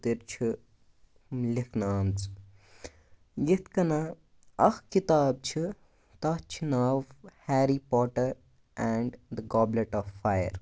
قٕطر چھُ لیکھنہٕ آمژٕ یِتھٕ کٔنۍ اکھ کِتاب چھِ تَتھ چھِ ناو Harry Potter and the Goblet of fire